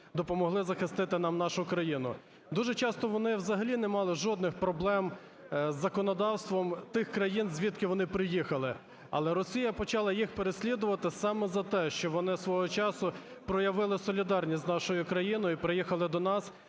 допомогли захистити нам нашу країну. Дуже часто вони взагалі не мали жодних проблем із законодавством тих країн, звідки вони приїхали, але Росія почала їх переслідувати саме за те, що вони свого часу проявили солідарність з нашою країною і приїхали до нас,